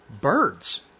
birds